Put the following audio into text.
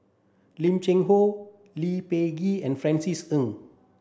Lim Cheng Hoe Lee Peh Gee and Francis Ng